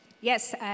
Yes